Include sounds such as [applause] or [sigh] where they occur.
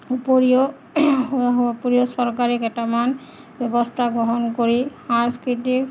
উপৰিও [unintelligible] চৰকাৰী কেইটামান ব্যৱস্থা গ্ৰহণ কৰি সাংস্কৃতিক